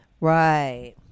Right